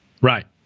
Right